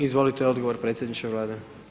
Izvolite odgovor predsjedniče Vlade.